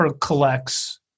collects